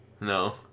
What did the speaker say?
No